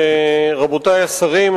רבותי השרים,